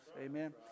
amen